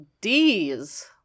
Ds